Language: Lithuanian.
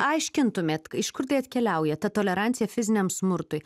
aiškintumėt iš kur tai atkeliauja ta tolerancija fiziniam smurtui